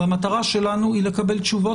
והמטרה שלנו היא לקבל תשובות,